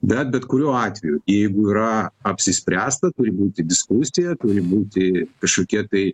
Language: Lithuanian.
bet bet kuriuo atveju jeigu yra apsispręsta turi būti diskusija turi būti kažkokie tai